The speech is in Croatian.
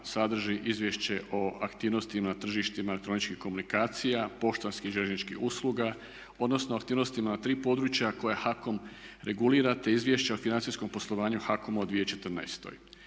sadrži izvješće o aktivnostima na tržištima elektroničkih komunikacija, poštanskih i željezničkih usluga, odnosno aktivnostima na tri područja koje HAKOM regulira, te izvješća o financijskom poslovanju HAKOM-a u 2014.